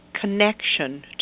connection